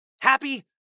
happy